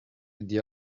the